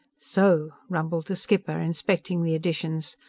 so! rumbled the skipper, inspecting the additions.